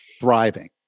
thriving